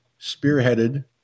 spearheaded